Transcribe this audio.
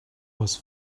was